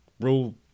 rule